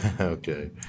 Okay